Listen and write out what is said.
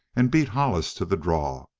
and beat hollis to the draw.